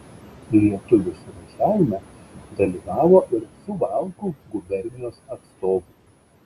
lietuvių suvažiavime dalyvavo ir suvalkų gubernijos atstovų